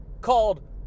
called